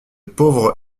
pauvres